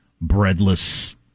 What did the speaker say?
breadless